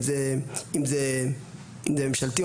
אם זה ממשלתי.